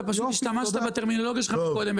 אתה פשוט השתמשת בטרמינולוגיה שלך קודם,